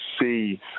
see